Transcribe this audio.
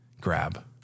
grab